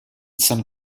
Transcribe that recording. some